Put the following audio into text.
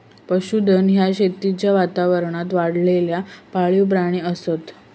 पशुधन ह्या शेतीच्या वातावरणात वाढलेला पाळीव प्राणी असत